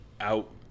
out